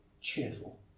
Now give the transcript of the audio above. cheerful